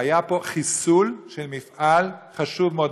והיה פה חיסול של מפעל חשוב מאוד.